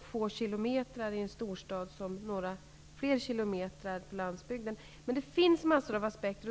få kilometer i en storstad som att förflytta sig några fler kilometer på landsbygden. Det finns en mängd aspekter.